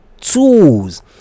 tools